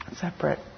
separate